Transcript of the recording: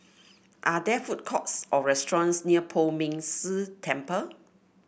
are there food courts or restaurants near Poh Ming Tse Temple